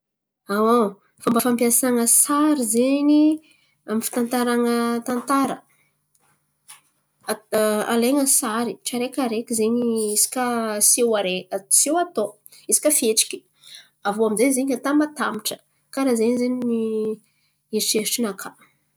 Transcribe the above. Fômba fampiasan̈a sary zen̈y amy fitantaran̈a tantara, alain̈a sary tsiaraikiaraiky zen̈y isaka seho araiky seho atao isaka fihetsiky. Aviô aminjay zen̈y atambatambatra. Karà ze zen̈y ny eritreritrinakà.